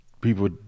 people